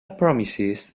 promises